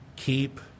Keep